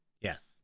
Yes